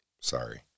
sorry